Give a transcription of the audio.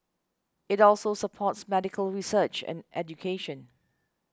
it also supports medical research and education